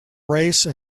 race